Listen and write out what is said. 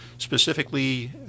specifically